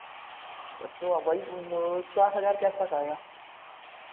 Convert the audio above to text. तो वही पचास हज़ार के आसपास आएगा